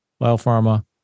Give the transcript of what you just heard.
biopharma